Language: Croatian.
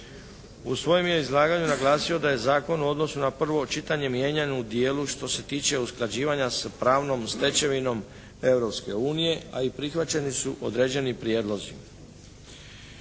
U svojem je izlaganju naglasio da je zakon u odnosu na prvo čitanje mijenjan u dijelu što se tiče usklađivanja s pravnom stečevinom Europske unije, a i prihvaćeni su određeni prijedlozi.